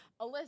Alyssa-